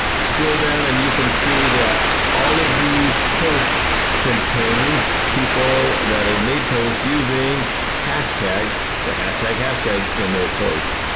scroll down and you can see that all of these posts contain people that have made posts using hashtags. the hashtag hashtag in their post,